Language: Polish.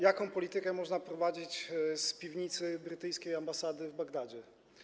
jaką politykę można prowadzić z piwnicy brytyjskiej ambasady w Bagdadzie?